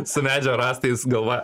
su medžio rąstais galvoja